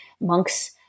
monks